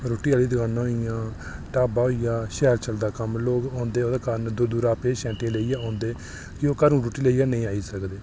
रुट्टी आह्ली दकानां होई गेइयां ढाबा होई गेआ शैल चलदा कम्म लोक औंदे ओह्दे कारण दूरा दूरा पेशेंट लेइयै औंदे ते भी ओह् घरै दा रुट्टी लेइयै नेईं आई सकदे